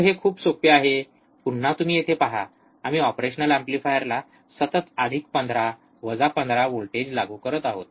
तर हे खूप सोपे आहे पुन्हा तुम्ही येथे पहा आम्ही ऑपरेशनल एम्प्लीफायरला सतत अधिक 15 वजा 15 व्होल्टेज लागू करत आहोत